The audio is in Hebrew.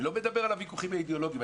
אני לא מדבר על הוויכוחים האידיאולוגים.